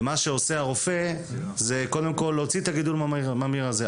ומה שעושה הרופא זה קודם כל להוציא את הגידול הממאיר הזה.